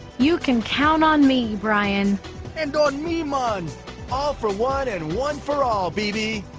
you can count on me brian and on me mon all for one and one for all, baby